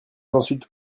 insultes